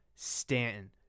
Stanton